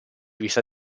vista